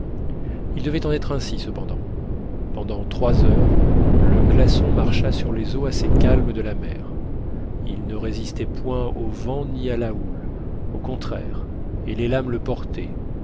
il devait en être ainsi cependant pendant trois heures le glaçon marcha sur les eaux assez calmes de la mer il ne résistait point au vent ni à la houle au contraire et les lames le portaient